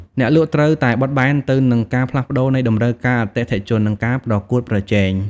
អ្នកលក់ត្រូវតែបត់បែនទៅនឹងការផ្លាស់ប្តូរនៃតម្រូវការអតិថិជន និងការប្រកួតប្រជែង។